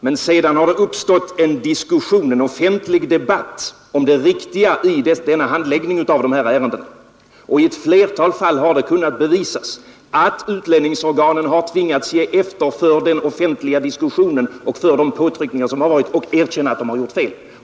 Men sedan har det uppstått en diskussion, en offentlig debatt om det riktiga i handläggningen av dessa ärenden. I ett flertal fall har det kunnat bevisas att utlänningsorganen tvingats ge efter för den offentliga diskussionen och för de påtryckningar som skett och erkänna att de har gjort fel.